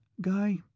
Guy